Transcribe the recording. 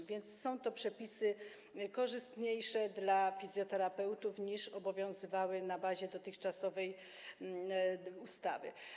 A więc są to przepisy korzystniejsze dla fizjoterapeutów niż obowiązujące na bazie dotychczasowej ustawy.